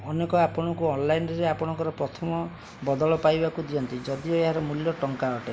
ଅନେକ ଆପଣଙ୍କୁ ଅନଲାଇନ୍ରେ ଆପଣଙ୍କର ପ୍ରଥମ ବଦଳ ପାଇବାକୁ ଦିଅନ୍ତି ଯଦିଓ ଏହାର ମୂଲ୍ୟ ଟଙ୍କା ଅଟେ